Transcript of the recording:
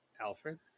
Alfred